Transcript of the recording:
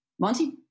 Monty